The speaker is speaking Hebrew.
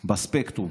בספקטרום.